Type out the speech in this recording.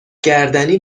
گردنی